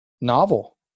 Novel